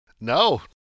No